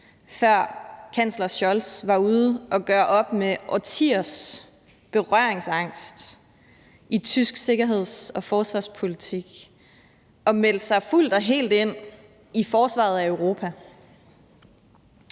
før kansler Scholz var ude at gøre op med årtiers berøringsangst i tysk sikkerheds- og forsvarspolitik og meldte sig fuldt og helt ind i forsvaret af Europa.